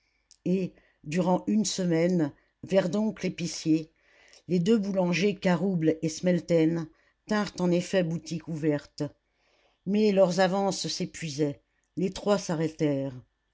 et durant une semaine verdonck l'épicier les deux boulangers carouble et smelten tinrent en effet boutique ouverte mais leurs avances s'épuisaient les trois s'arrêtèrent